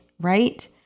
right